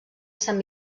sant